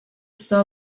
still